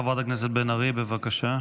חברת הכנסת בן ארי, בבקשה.